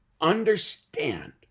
understand